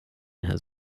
has